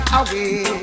away